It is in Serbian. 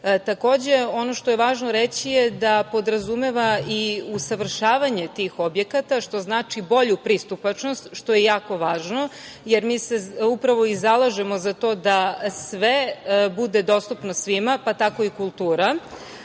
ono što je važno reći je da podrazumeva i usavršavanje tih objekata, što znači bolju pristupačnost, što je jako važno, jer mi se upravo i zalažemo za to da sve bude dostupno svima, pa tako i kultura. Ono